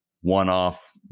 one-off